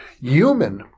human